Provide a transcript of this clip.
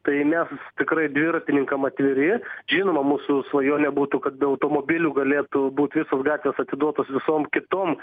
tai mes tikrai dviratininkam atviri žinoma mūsų svajonė būtų kad be automobilių galėtų būt visos gatvės atiduotos visom kitom